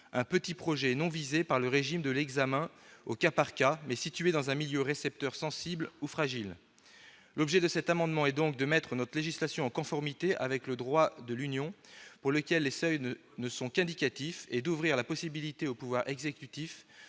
un petit projet, non visé par le régime de l'examen au cas par cas, mais situé dans un milieu récepteur sensible ou fragile. L'objet de cet amendement est donc de mettre notre législation en conformité avec le droit de l'Union européenne, selon lequel les seuils ne sont qu'indicatifs, et d'ouvrir la possibilité au pouvoir exécutif